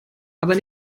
aber